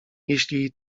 jeśli